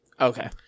Okay